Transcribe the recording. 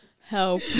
Help